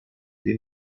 den